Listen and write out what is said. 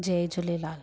Jay Jhulelal